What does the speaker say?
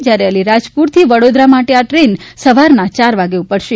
જ્યારે અલિરાજપુરથી વડોદરા માટે આ ટ્રેન સવારના ચાર વાગ્યે ઉપડશે